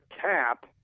cap